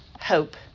hope